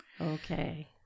okay